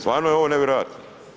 Stvarno je ovo nevjerojatno.